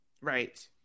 Right